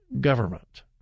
government